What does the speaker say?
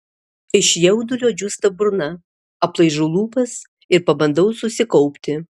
iš jaudulio džiūsta burna aplaižau lūpas ir pabandau susikaupti